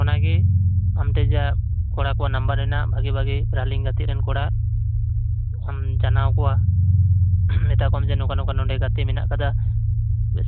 ᱚᱱᱟᱜᱮ ᱟᱢ ᱴᱷᱮᱱ ᱡᱟ ᱠᱚᱲᱟ ᱠᱚᱣᱟᱜ ᱱᱟᱢᱵᱟᱨ ᱢᱮᱱᱟᱜᱼᱟ ᱵᱷᱟᱜᱤ ᱵᱷᱟᱹᱜᱤ ᱨᱟᱱᱤᱝ ᱜᱟᱛᱮᱜ ᱠᱟᱱ ᱠᱚᱲᱟ ᱚᱱ ᱡᱟᱱᱟᱣ ᱠᱚᱣᱟ ᱢᱮᱛᱟᱠᱚᱢ ᱡᱮ ᱱᱚᱝᱠᱟ ᱱᱚᱝᱠᱟ ᱱᱚᱰᱮ ᱜᱟᱛᱮᱜ ᱢᱮᱱᱟᱜ ᱠᱟᱫᱟ